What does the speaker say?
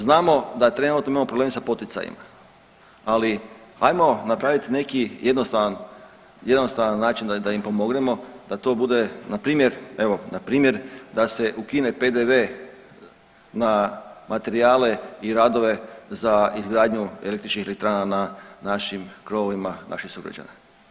Znamo da trenutno imamo problem sa poticajima, ali ajmo napraviti neki jednostavan način, da im pomognemo, da to bude, npr., npr. da se ukine PDV na materijale i radove za izgradnju električnih elektrana na našim krovovima naših sugrađana.